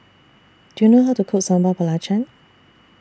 Do YOU know How to Cook Sambal Belacan